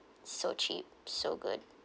so cheap so good